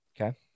Okay